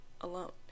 alone